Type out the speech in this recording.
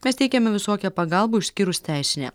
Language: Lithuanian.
mes teikiame visokią pagalbą išskyrus teisinę